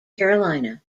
carolina